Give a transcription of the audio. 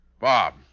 Bob